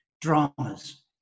dramas